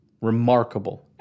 Remarkable